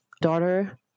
daughter